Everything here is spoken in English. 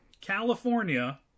California